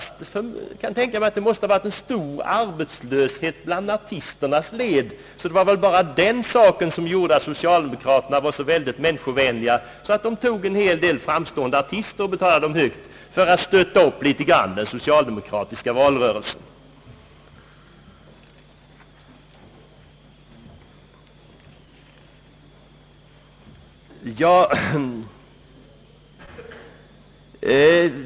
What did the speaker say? Jag kan tänka mig att det måste ha rått en så stor arbetslöshet bland artisterna att socialdemokraterna visat synnerligen stor människovänlighet och anlitat en hel del framstående artister som fått god betalning för att stötta upp litet grand i den socialdemokratiska valrörelsen.